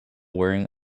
wearing